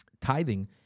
tithing